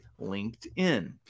LinkedIn